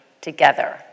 together